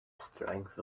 strength